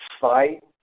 fight